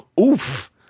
oof